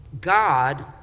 God